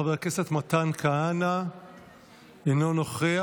חבר הכנסת מתן כהנא אינו נוכח,